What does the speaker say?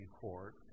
Court